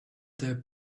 their